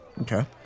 Okay